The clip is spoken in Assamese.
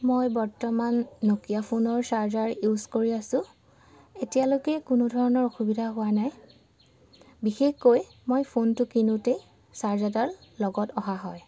মই বৰ্তমান ন'কিয়া ফোনৰ চাৰ্জাৰ ইউজ কৰি আছোঁ এতিয়ালৈকে কোনো ধৰণৰ অসুবিধা হোৱা নাই বিশেষকৈ মই ফোনটো কিনোতেই চাৰ্জাৰডাল লগত অহা হয়